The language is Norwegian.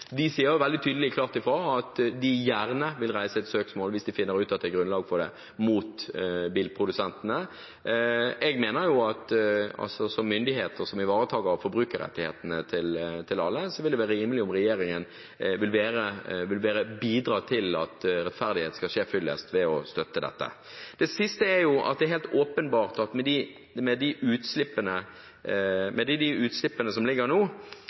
De sier veldig tydelig og klart fra om at de gjerne vil reise et søksmål mot bilprodusentene hvis de finner ut at det er grunnlag for det. Jeg mener at det ville være rimelig om regjeringen, som myndighet og som ivaretaker av forbrukerrettighetene for alle, vil gi et bidrag til at rettferdigheten skal skje fyllest, ved å støtte dette. Det siste er at det er helt åpenbart at med de